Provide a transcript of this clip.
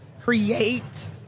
create